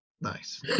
Nice